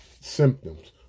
symptoms